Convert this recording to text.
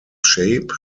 shape